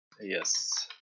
Yes